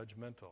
judgmental